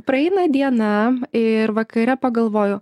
praeina diena ir vakare pagalvoju